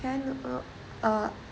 can I uh